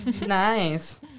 Nice